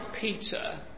Peter